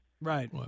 Right